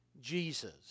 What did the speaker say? Jesus